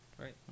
Right